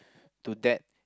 to that